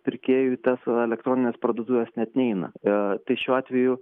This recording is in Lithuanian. pirkėjų į tas elektronines parduotuves net neina tai šiuo atveju